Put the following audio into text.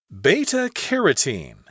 Beta-carotene